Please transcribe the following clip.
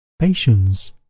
Patience